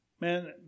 Man